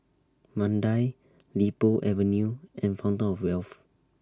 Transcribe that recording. Mandai Li Po Avenue and Fountain of Wealth